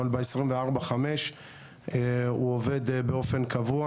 אבל ב-24/5 הוא עובד באופן קבוע,